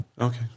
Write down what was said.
Okay